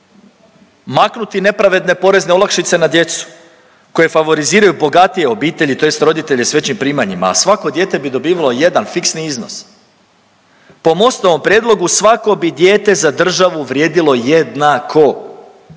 maknuti nepravedne porezne olakšice na djecu koje favoriziraju bogatije obitelji tj. roditelje s većim primanjima, a svako dijete bi dobivalo jedan fiksni iznos. Po Mostovom prijedlogu svako bi dijete za državu vrijedilo jednako.